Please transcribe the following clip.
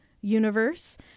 universe